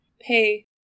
Hey